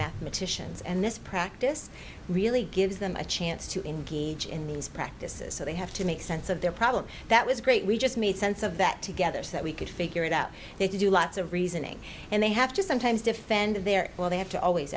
mathematicians and this practice really gives them a chance to engage in these practices so they have to make sense of their problem that was great we just made sense of that together so that we could figure it out they do lots of reasoning and they have to sometimes defend their well they have to always